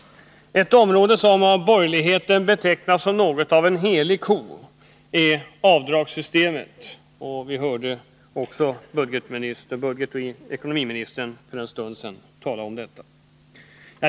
Ett område som för borgerligheten är något av en helig ko är avdragssystemet. Budgetoch ekonomiministern talade om det för en stund sedan.